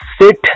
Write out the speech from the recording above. sit